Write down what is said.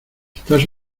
estás